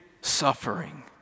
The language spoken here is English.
suffering